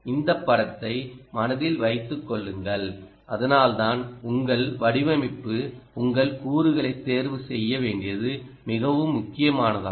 இந்த படத்தை மனதில் வைத்துக் கொள்ளுங்கள் அதனால்தான் உங்கள் வடிவமைப்பு உங்கள் கூறுகளை தேர்வு செய்ய வேண்டியது மிகவும் முக்கியமானதாகும்